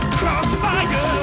crossfire